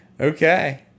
Okay